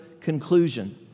conclusion